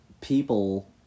people